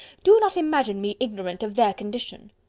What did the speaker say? do not imagine me ignorant of their condition.